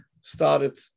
started